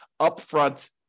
upfront